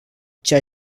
ceea